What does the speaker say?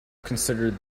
considered